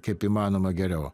kaip įmanoma geriau